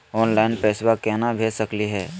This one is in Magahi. ऑनलाइन पैसवा केना भेज सकली हे?